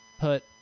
put